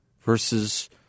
versus